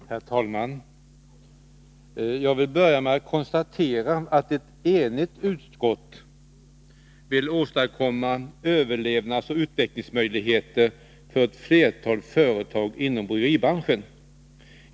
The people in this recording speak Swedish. Herr talman! Jag vill börja med att konstatera att ett enigt utskott vill åstadkomma överlevnadsoch utvecklingsmöjligheter för ett flertal företag inom bryggeribranschen.